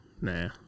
nah